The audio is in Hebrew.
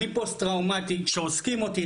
אני פוסט טראומטי שאוזקים אותי,